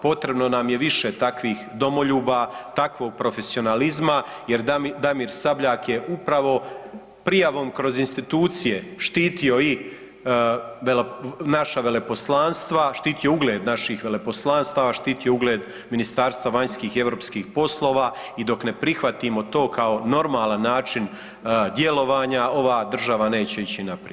Potrebno nam je više takvih domoljuba, takvog profesionalizma, jer Damir Sabljak je upravo prijavom kroz institucije štitio i naša veleposlanstva, štitio ugled naših veleposlanstava, štitio ugled Ministarstva vanjskih i europskih poslova i dok ne prihvatimo to kao normalan način djelovanja ova država neće ići naprijed.